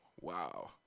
Wow